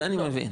זה אני מבין.